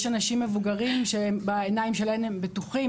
יש אנשים מבוגרים שבעיניים שלהן הם בטוחים,